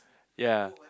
ya